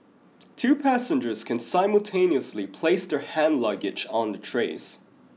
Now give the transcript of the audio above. two passengers can simultaneously place their hand luggage on the trays